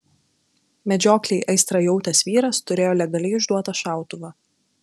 medžioklei aistrą jautęs vyras turėjo legaliai išduotą šautuvą